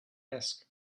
ask